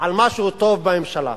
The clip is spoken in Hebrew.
על משהו טוב בממשלה.